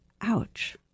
ouch